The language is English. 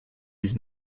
his